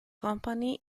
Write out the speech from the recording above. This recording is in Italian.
company